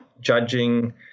judging